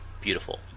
Beautiful